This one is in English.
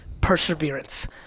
perseverance